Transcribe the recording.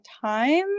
time